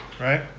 Right